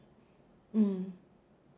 mm